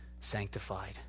sanctified